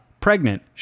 pregnant